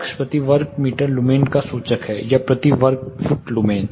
lux प्रति वर्ग metre lumen का सूचक है या प्रति वर्ग फुट लुमेन